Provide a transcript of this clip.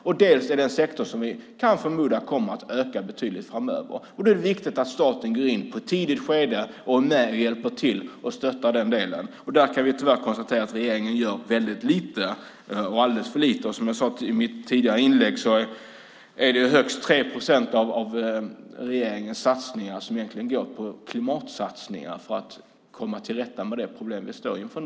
Dels gäller det en sektor som vi kan förmoda ökar betydligt framöver. Då är det viktigt att staten i ett tidigt skede går in och är med och hjälper till och stöttar i den delen. Tyvärr kan vi konstatera att regeringen där gör väldigt lite - ja, alldeles för lite. Som jag sagt i ett tidigare inlägg är det högst 3 procent av regeringens satsningar som egentligen är klimatsatsningar för att komma till rätta med de problem som vi nu står inför.